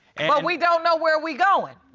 we don't know where we going.